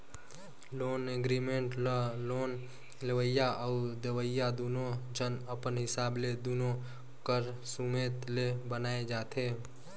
loan agreement ल loan लेवइया अउ देवइया दुनो झन अपन हिसाब ले दुनो कर सुमेत ले बनाए जाथें